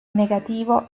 negativo